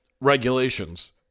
regulations